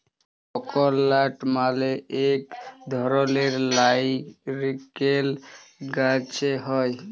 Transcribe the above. ককলাট মালে ইক ধরলের লাইরকেল গাহাচে হ্যয়